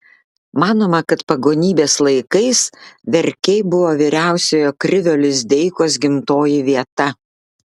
manoma kad pagonybės laikais verkiai buvo vyriausiojo krivio lizdeikos gimtoji vieta